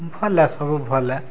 ଭଲ୍ ଏ ସବୁ ଭଲ୍ ଏ